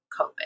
COVID